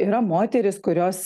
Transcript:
yra moterys kurios